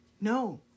No